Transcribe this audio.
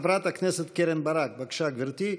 חברת הכנסת קרן ברק, בבקשה, גברתי.